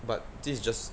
but this is just